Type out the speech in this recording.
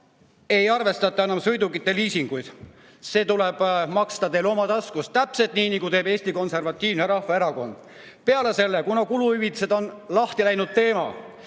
ei arvestataks enam sõidukite liisinguid. See tuleb maksta teil oma taskust, täpselt nii, nagu teeb Eesti Konservatiivne Rahvaerakond. Peale selle, kuna kuluhüvitised on lahti läinud teema,